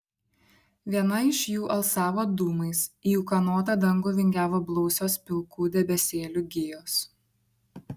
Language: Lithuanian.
viena iš jų alsavo dūmais į ūkanotą dangų vingiavo blausios pilkų debesėlių gijos